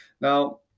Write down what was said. Now